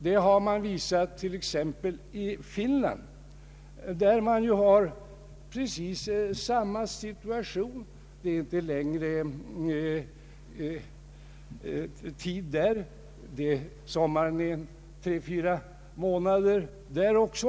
Det har man visat i Finland där samma situation råder. Sommaren är också där 3—4 månader.